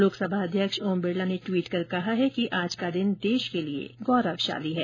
लोकसभा अध्यक्ष ओम बिरला ने ट्वीट कर कहा है कि आज का दिन देश के लिए गौरवशाली है